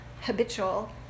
habitual